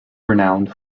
renowned